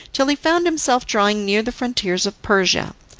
till he found himself drawing near the frontiers of persia.